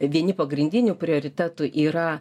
vieni pagrindinių prioritetų yra